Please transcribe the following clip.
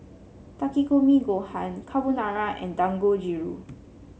Takikomi Gohan Carbonara and Dangojiru